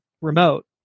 remote